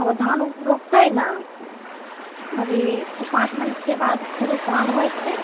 अबे धान रोपतय ने अभी पाँच दिनके बाद फेरो धान रोपेतै